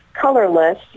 colorless